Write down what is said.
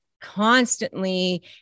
constantly